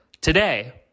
Today